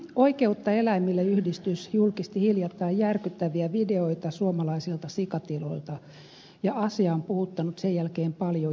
oikeutta eläimille yhdistys julkisti hiljattain järkyttäviä videoita suomalaisilta sikatiloilta ja asia on puhuttanut sen jälkeen paljon julkisuudessa